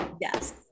Yes